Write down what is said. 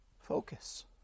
focus